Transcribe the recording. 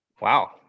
Wow